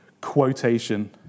quotation